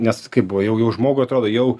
nes kaip buvo jau jau žmogui atrodo jau